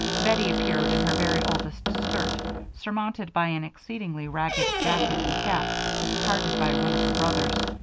bettie appeared in her very oldest skirt surmounted by an exceedingly ragged jacket and cap discarded by one of her brothers